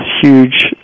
huge